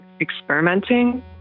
experimenting